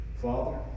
Father